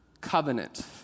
covenant